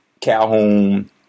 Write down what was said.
Calhoun